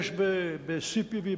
יש ב-CPV,